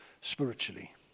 spiritually